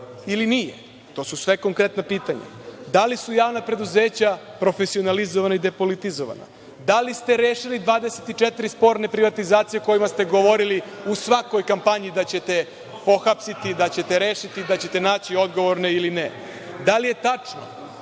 ili nije. To su sve konkretna pitanja. Da li su naša preduzeća profesionalizovana i depolitizovana? Da li ste rešili 24 sporne privatizacije o kojima ste govorili u svakoj kampanji da ćete pohapsiti, da će te rešiti, da ćete naći odgovorne, ili ne? Da li je tačno